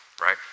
right